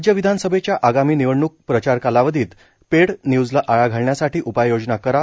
राज्य विधानसभेच्या आगामी निवडणुक प्रचारकालावधीत पेड न्यूजला आळा घालण्यासाठी उपाययोजना करा